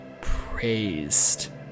praised